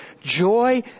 Joy